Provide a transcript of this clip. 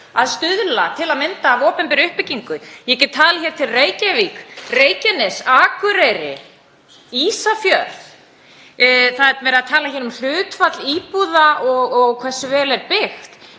að stuðla að opinberri uppbyggingu. Ég get talið til Reykjavík, Reykjanes, Akureyri, Ísafjörð. Það er verið að tala hér um hlutfall íbúða og hversu vel sé byggt